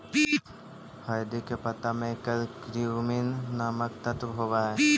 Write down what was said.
हरदी के पत्ता में करक्यूमिन नामक तत्व होब हई